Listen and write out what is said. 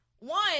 One